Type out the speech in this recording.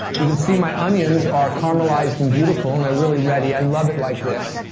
you can see my onions are caramelized and beautiful, and they're really ready. i love it like this.